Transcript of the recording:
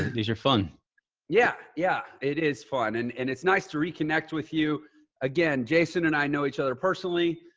these are fun yeah. yeah. it is fun. and and it's nice to reconnect with you again, jason, and i know each other personally,